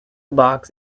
box